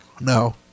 No